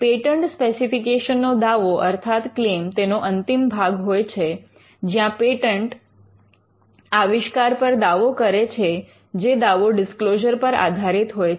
patent specification નો દાવો અર્થાત ક્લેમ તેનો અંતિમ ભાગ હોય છે જ્યાં પેટન્ટ આવિષ્કાર પર દાવો કરે છે જે દાવો ડિસ્ક્લોઝર પર આધારિત હોય છે